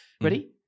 Ready